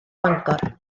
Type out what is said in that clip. bangor